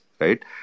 right